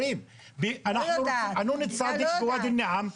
יש בתי ספר בוואדי נעים,